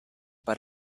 but